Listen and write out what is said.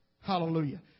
Hallelujah